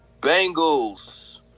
Bengals